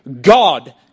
God